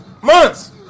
Months